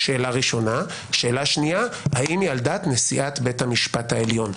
שאלה שנייה האם היא על דעת נשיאת בית המשפט העליון?